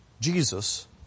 Jesus